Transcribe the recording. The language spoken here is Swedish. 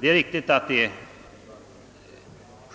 Det är riktigt att